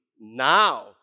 Now